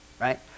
Right